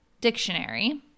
dictionary